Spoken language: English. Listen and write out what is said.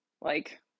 like-